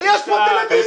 יש פה טלוויזיה.